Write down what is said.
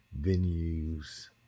venues